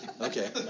Okay